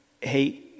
hey